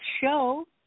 show